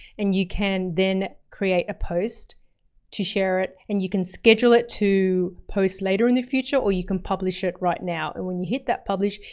and you can then create a post to share it and you can schedule it to post later in the future. or you can publish it right now. and when you hit that publish,